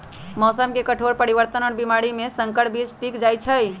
मौसम के कठोर परिवर्तन और बीमारी में संकर बीज टिक जाई छई